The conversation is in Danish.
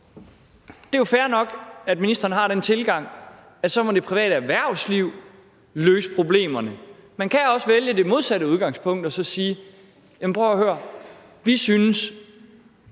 Det er jo fair nok, at ministeren har den tilgang, at det så er det private erhvervsliv, som må løse problemerne. Man kan også vælge det modsatte udgangspunkt og så sige: Jamen